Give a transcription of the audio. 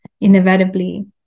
inevitably